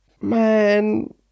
man